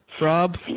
Rob